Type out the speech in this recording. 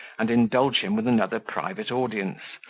and indulge him with another private audience,